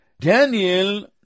Daniel